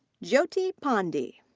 jyoti pandey.